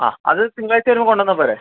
ആ അത് തിങ്കളാഴ്ച്ച വരുമ്പോൾ കൊണ്ടുവന്നാൽ പോരേ